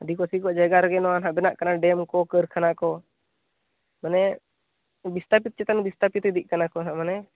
ᱟᱹᱫᱤᱵᱟᱹᱥᱤ ᱠᱚᱣᱟᱜ ᱡᱟᱭᱜᱟ ᱨᱮᱜᱮ ᱱᱚᱣᱟ ᱱᱟᱦᱟᱜ ᱵᱮᱱᱟᱜ ᱠᱟᱱᱟ ᱰᱮᱢ ᱠᱚ ᱠᱟᱹᱨᱠᱷᱟᱱᱟ ᱠᱚ ᱢᱟᱱᱮ ᱵᱤᱥᱛᱟᱯᱤᱛ ᱪᱮᱛᱟᱱ ᱵᱤᱥᱛᱟᱯᱤᱛ ᱤᱫᱤᱜ ᱠᱟᱱᱟ ᱠᱚ ᱢᱟᱱᱮ